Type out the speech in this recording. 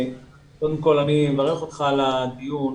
קודם כל אני מברך אותך על הדיון.